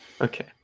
Okay